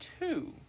two